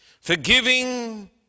Forgiving